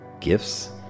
gifts